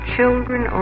Children